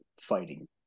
fighting